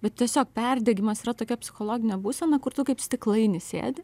bet tiesiog perdegimas yra tokia psichologinė būsena kur tu kaip stiklainis sėdi